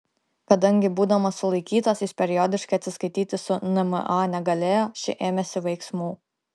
kadangi būdamas sulaikytas jis periodiškai atsiskaityti su nma negalėjo ši ėmėsi veiksmų